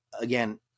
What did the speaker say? again